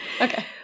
Okay